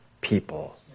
people